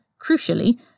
crucially